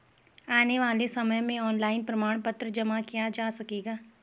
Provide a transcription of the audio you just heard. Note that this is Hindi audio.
आने वाले समय में ऑनलाइन प्रमाण पत्र जमा किया जा सकेगा